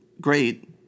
great